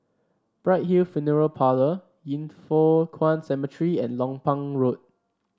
Bright Hill Funeral Parlour Yin Foh Kuan Cemetery and Lompang Road